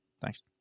Thanks